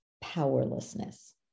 powerlessness